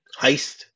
Heist